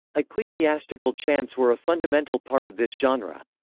ecclesiastical chants were a fundamental part of this genre.